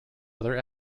other